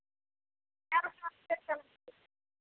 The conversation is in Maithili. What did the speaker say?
कए गो